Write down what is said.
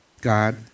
God